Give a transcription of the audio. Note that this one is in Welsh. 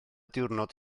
diwrnod